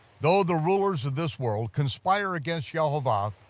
though the rulers of this world conspire against yehovah,